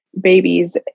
babies